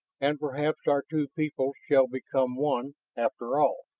and perhaps our two peoples shall become one after all,